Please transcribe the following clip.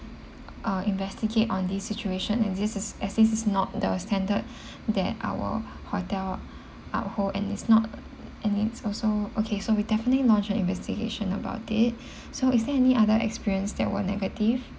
uh investigate on the situation and this is as this is not the standard that our hotel uphold and is not and it's also okay so we definitely launch an investigation about it so is there any other experience that were negative